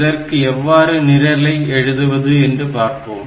இதற்கு எவ்வாறு நிரலை எழுதுவது என்று பார்ப்போம்